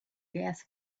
gas